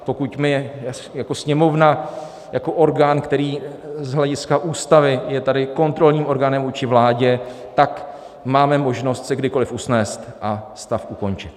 Pokud my jako Sněmovna, jako orgán, který z hlediska Ústavy je tady kontrolním orgánem vůči vládě, tak máme možnost se kdykoliv usnést a stav ukončit.